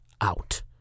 out